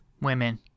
women